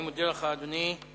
אני מודה לך, אדוני.